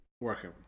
working